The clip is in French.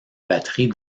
batterie